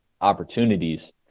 opportunities